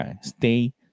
Stay